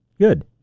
Good